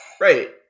Right